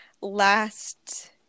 last